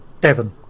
Devon